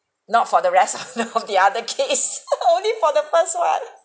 not for the rest of the other kids only for the first one